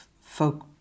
folk